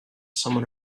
someone